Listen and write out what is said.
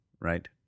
right